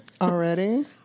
Already